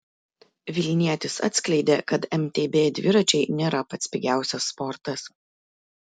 vilnietis atskleidė kad mtb dviračiai nėra pats pigiausias sportas